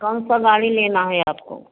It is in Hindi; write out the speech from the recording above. कौनसा गाड़ी लेना है आप को